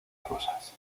rosas